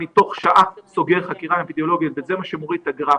תוך שעה אני סוגר חקירה אפידמיולוגית וזה מה שמוריד את הגרף.